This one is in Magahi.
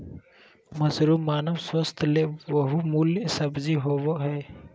मशरूम मानव स्वास्थ्य ले बहुमूल्य सब्जी होबय हइ